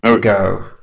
go